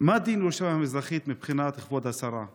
מה דין ירושלים המזרחית מבחינת כבוד השרה?